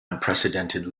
unprecedented